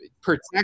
Protect